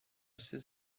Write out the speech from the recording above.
ses